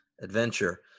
adventure